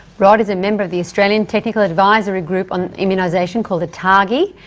rod is a member of the australian technical advisory group on immunisation, called atagi,